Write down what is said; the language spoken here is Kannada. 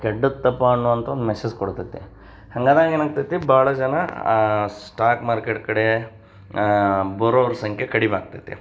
ಕೆಟ್ಟದ್ದಪ್ಪ ಅನ್ನುವಂಥ ಒಂದು ಮೆಸೇಜ್ ಕೊಡ್ತತಿ ಹಂಗಾದಾಗ ಏನಾಗ್ತತಿ ಭಾಳ ಜನ ಆ ಸ್ಟಾಕ್ ಮಾರ್ಕೇಟ್ ಕಡೆ ಬರೋವ್ರ ಸಂಖ್ಯೆ ಕಡಿಮೆ ಆಗ್ತದೆ